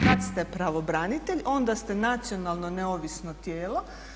Kad ste pravobranitelj onda ste nacionalno neovisno tijelo.